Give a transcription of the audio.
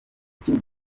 ikindi